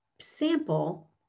sample